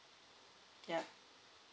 yup